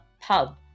pub